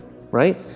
right